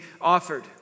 offered